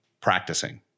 practicing